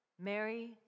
Mary